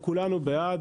כולנו בעד.